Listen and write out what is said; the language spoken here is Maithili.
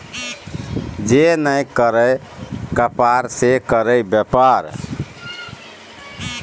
जे नहि करय कपाड़ से करय बेपार